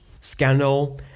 scandal